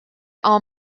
are